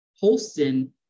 Holston